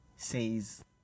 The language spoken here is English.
Says